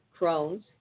Crohn's